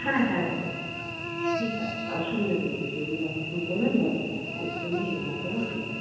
হ্যাঁ হ্যাঁ হ্যাঁ হ্যাঁ ঠিক আছে অসুবিধা নেই কিছু এই নাম্বারটায় ফোন করবেন ওর জন্যই এই নাম্বারটা আমার দেওয়া